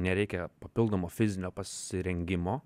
nereikia papildomo fizinio pasirengimo